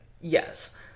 yes